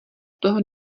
toho